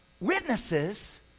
witnesses